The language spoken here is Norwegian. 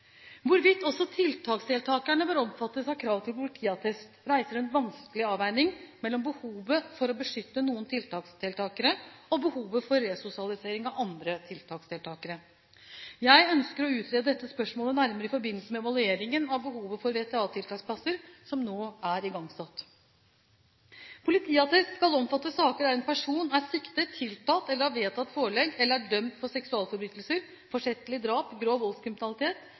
Hvorvidt også tiltaksdeltakerne bør omfattes av kravet til politiattest, reiser en vanskelig avveining mellom behovet for å beskytte noen tiltaksdeltakere og behovet for resosialisering av andre tiltaksdeltakere. Jeg ønsker å utrede dette spørsmålet nærmere i forbindelse med evalueringen av behovet for VTA-tiltaksplasser, som nå er igangsatt. Politiattesten skal omfatte saker der en person er siktet, tiltalt, har vedtatt forelegg eller er dømt for seksualforbrytelser, forsettlig drap, grov voldskriminalitet